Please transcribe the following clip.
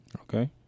Okay